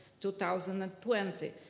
2020